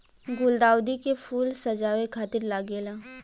गुलदाउदी के फूल सजावे खातिर लागेला